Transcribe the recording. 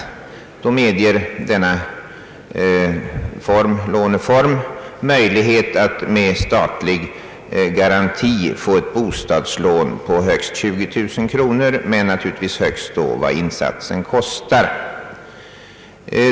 För närvarande gäller att statlig garanti ges för bostadslån på upp till 20000 kronor, dock naturligtvis högst vad insatsen kostar.